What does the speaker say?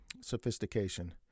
sophistication